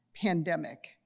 pandemic